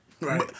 right